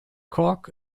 cork